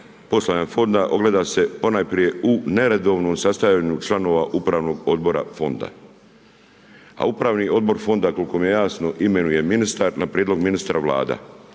postojanje fonda, ogleda se ponajprije u neredovnom sastajanju članova upravnog odbora fonda. A upravni odbor fonda, koliko je jasno, imenuje ministar, na prijedlog ministra vlada.